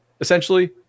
essentially